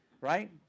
right